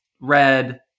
red